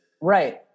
Right